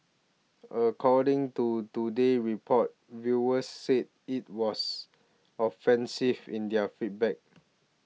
according to Today Report viewers said it was offensive in their feedback